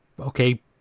Okay